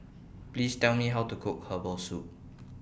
Please Tell Me How to Cook Herbal Soup